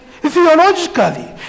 theologically